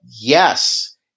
yes